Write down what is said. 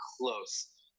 close